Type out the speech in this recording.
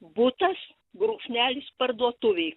butas brūkšnelis parduotuvė